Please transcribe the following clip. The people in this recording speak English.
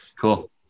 cool